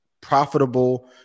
profitable